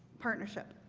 partnership